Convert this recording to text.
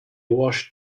washed